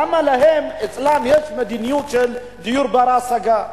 למה אצלן יש מדיניות של דיור בר-השגה?